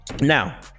Now